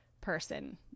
person